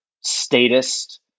statist